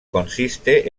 consiste